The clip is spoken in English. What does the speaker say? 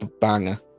banger